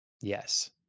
Yes